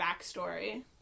backstory